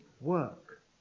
work